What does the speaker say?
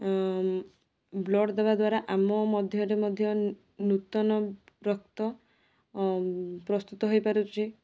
blood ଦେବାଦ୍ୱାରା ଆମ ମଧ୍ୟରେ ମଧ୍ୟ ନୂତନ ରକ୍ତ ପ୍ରସ୍ତୁତ ହୋଇପାରୁଛି